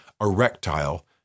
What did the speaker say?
Erectile